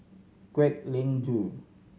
Kwek Leng Joo